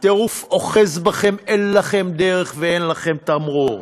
הטירוף אוחז בכם, אין לכם דרך ואין לכם תמרור.